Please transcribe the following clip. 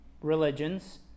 religions